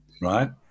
right